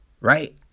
Right